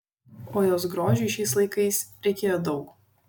o jos grožiui šiais laikais reikėjo daug